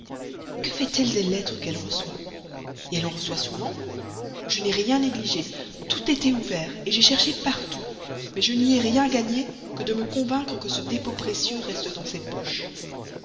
que fait-elle des lettres qu'elle reçoit elle en reçoit souvent je n'ai rien négligé tout était ouvert j'ai cherché partout mais je n'y ai rien gagné que de me convaincre que ce dépôt précieux reste dans ses poches